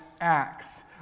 Acts